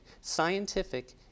scientific